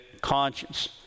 conscience